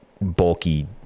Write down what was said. bulky